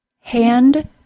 Hand